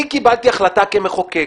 אני קיבלתי החלטה כמחוקק,